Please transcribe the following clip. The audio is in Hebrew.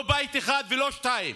לא בית אחד ולא שניים